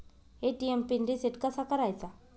ATM PIN reset कसा करायचा?